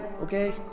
okay